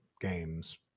games